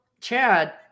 Chad